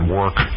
work